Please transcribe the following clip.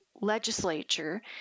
legislature